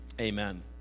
amen